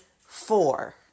four